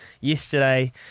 yesterday